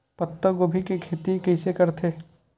पत्तागोभी के खेती कइसे करथे?